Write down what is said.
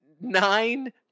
nine